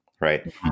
Right